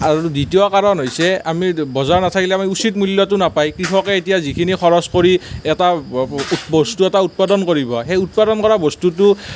আৰু দ্বিতীয় কাৰণ হৈছে বজাৰ নাথাকিলে আমি উচিত মূল্যটো নাপায় কৃষকে এতিয়া যিখিনি খৰছ কৰি বস্তু এটা উৎপাদন কৰিব সেই উৎপাদন কৰা বস্তুটো